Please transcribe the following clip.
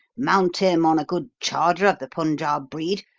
mount him on a good charger of the punjaub breed,